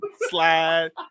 Slide